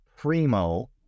primo